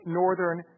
northern